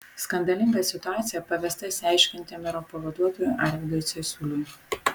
skandalingą situaciją pavesta išsiaiškinti mero pavaduotojui arvydui cesiuliui